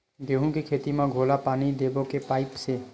गेहूं के खेती म घोला पानी देबो के पाइप से?